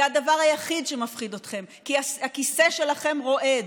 זה הדבר היחיד שמפחיד אתכם, כי הכיסא שלכם רועד,